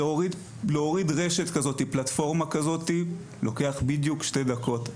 להוריד פלטפורמה כזאת לוקח בדיוק שתי דקות,